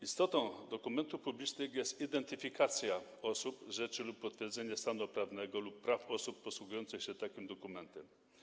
Istotą dokumentów publicznych jest identyfikacja osób, rzeczy lub potwierdzenie stanu prawnego lub praw osób posługujących się takim dokumentem.